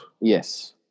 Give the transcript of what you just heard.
Yes